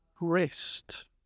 rest